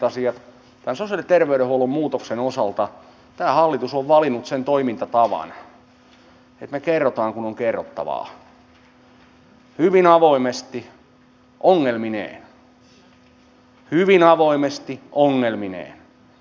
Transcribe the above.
tämän sosiaali ja terveydenhuollon muutoksen osalta tämä hallitus on valinnut sen toimintatavan että me kerromme kun on kerrottavaa hyvin avoimesti ongelmineen hyvin avoimesti ongelmineen